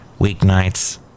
weeknights